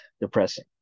depressing